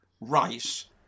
rice